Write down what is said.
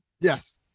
Yes